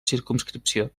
circumscripció